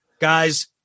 guys